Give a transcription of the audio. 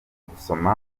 gusoma